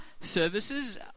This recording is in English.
services